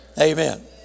Amen